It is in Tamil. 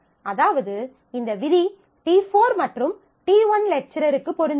அதாவது இந்த விதி t4 மற்றும் t1 லெக்சரருக்கு பொருந்துமா